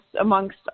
amongst